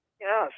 Yes